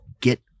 get